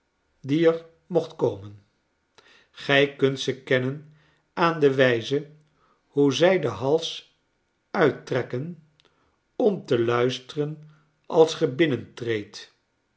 die er mocht komen gij kunt ze kennen aan de wijze hoe zij den hals uittrekken om te luisteren als ge binnentreedt